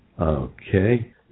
Okay